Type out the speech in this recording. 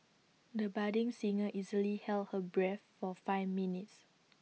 the budding singer easily held her breath for five minutes